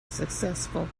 successful